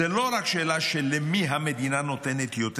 זו לא רק שאלה של למי המדינה נותנת יותר